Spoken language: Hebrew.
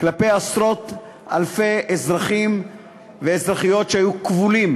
כלפי עשרות אלפי אזרחים ואזרחיות, שהיו כבולים,